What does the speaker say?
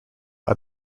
are